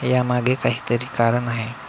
यामागे काहीतरी कारण आहे